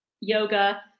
yoga